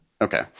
Okay